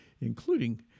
including